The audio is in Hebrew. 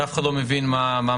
שאף אחד לא מבין על מה מדובר,